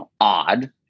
odd